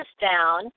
down